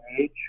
age